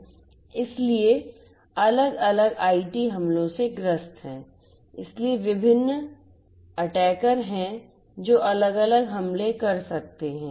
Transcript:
इसलिए वे अलग अलग आईटी हमलों से ग्रस्त हैं इसलिए विभिन्न हमलावर हैं जो अलग अलग हमले कर सकते हैं